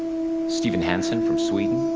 stephen hanson from sweden.